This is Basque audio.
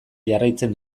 jarraitzen